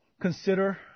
consider